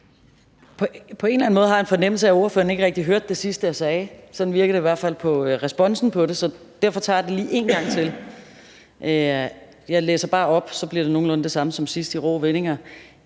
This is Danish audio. På en eller anden måde har jeg en fornemmelse af, at ordføreren ikke rigtig hørte det sidste, jeg sagde. Sådan virker det i hvert fald på responsen på det. Derfor tager jeg det lige en gang til. Jeg læser bare op; så bliver det nogenlunde det samme som sidst – i rå vendinger: